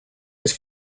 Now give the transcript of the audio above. was